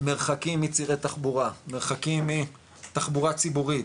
מרחקים מצירי תחבורה, מרחקים מתחבורה ציבורית,